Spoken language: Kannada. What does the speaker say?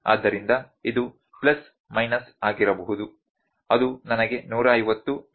ಆದ್ದರಿಂದ ಇದು ಪ್ಲಸ್ ಮೈನಸ್ ಆಗಿರಬಹುದು ಅದು ನನಗೆ 150 ಮಿ